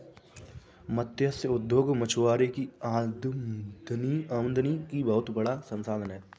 मत्स्य उद्योग मछुआरों की आमदनी का बहुत बड़ा साधन है